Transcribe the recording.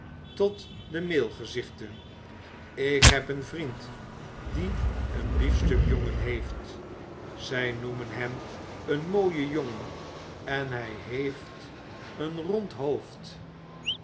tot de meel gezichten ik heb een vriend die een beafstuk jongen heeft zij noemen hem een mooien jongen en hij heeft een rond hoofd